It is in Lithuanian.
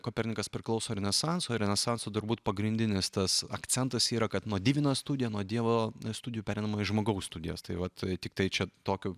kopernikas priklauso renesanso renesanso turbūt pagrindinis tas akcentas yra kad nuo divina studia nuo dievo studijų pereinama į žmogaus studijas tai vat tiktai čia tokio